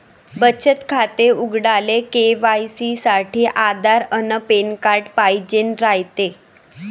बचत खातं उघडाले के.वाय.सी साठी आधार अन पॅन कार्ड पाइजेन रायते